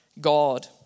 God